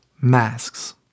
Masks